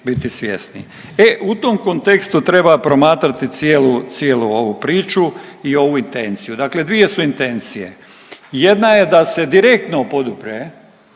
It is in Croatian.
E, u tom kontekstu treba promatrati cijelu, cijelu ovu priču i ovu intenciju. Dakle dvije su intencije, jedna je da se direktno podupre